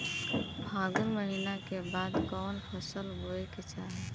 फागुन महीना के बाद कवन फसल बोए के चाही?